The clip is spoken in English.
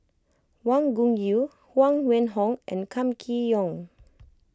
Wang Gungwu Huang Wenhong and Kam Kee Yong